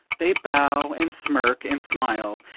they bow and smirk and smile,